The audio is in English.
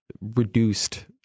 reduced